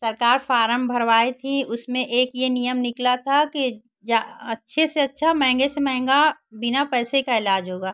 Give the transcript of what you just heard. सरकार फारम भरवाई थी उसमें एक यह नियम निकला था कि अच्छे से अच्छा महंगे से महंगा बिना पैसे का इलाज होगा